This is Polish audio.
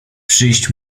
przyjść